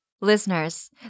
Listeners